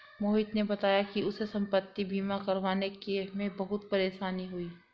मोहित ने बताया कि उसे संपति बीमा करवाने में बहुत परेशानी हुई